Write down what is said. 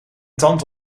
tand